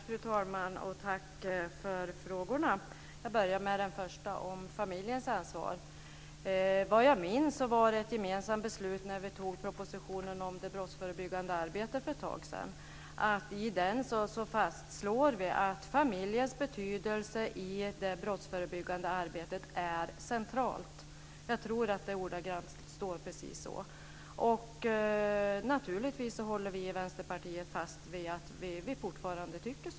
Fru talman! Tack för frågorna. Jag börjar med den första, om familjens ansvar. Vad jag minns beslutade vi gemensamt, när vi behandlade propositionen om det brottsförebyggande arbetet för ett tag sedan, att fastslå att familjens betydelse i det brottsförebyggande arbetet är centralt. Jag tror att det står precis så. Naturligtvis håller vi i Vänsterpartiet fast vid det och tycker så.